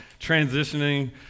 transitioning